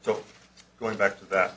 so going back to that